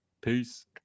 peace